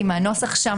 מהנוסח שם,